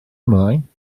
ymlaen